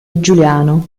giuliano